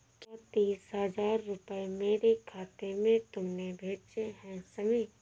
क्या तीस हजार रूपए मेरे खाते में तुमने भेजे है शमी?